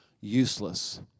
useless